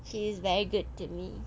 she's very good to me